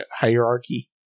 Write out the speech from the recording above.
hierarchy